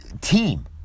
team